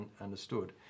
understood